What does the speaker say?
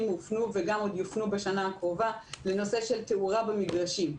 הופנו ויופנו בשנה הקרובה לנושא של תאורה במגרשים.